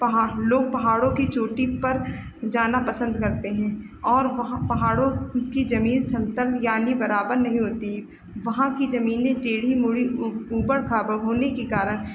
पहा लोग पहाड़ों की चोटी पर जाना पसन्द करते हैं और वहाँ पहाड़ों की जमीन समतल यानी बराबर नहीं होती वहाँ की जमीनें टेढ़ी मेढ़ी ऊ ऊबड़ खाबड़ होने के कारण